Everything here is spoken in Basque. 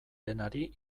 denari